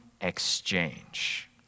exchange